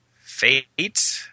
fate